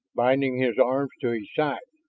binding his arms to his sides?